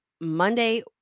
Monday